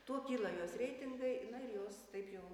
tuo kyla jos reitingai na ir jos taip jau